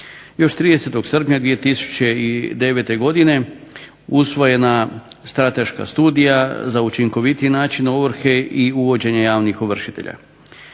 Još 30. srpnja 2009. godine usvojena strateška studija za učinkovitiji način ovrhe i uvođenje javnih ovršitelja.